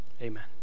amen